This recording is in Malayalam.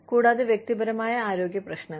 കൂടാതെ വ്യക്തിപരമായ ആരോഗ്യ പ്രശ്നങ്ങൾ